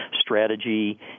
strategy